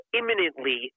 imminently